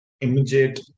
immediate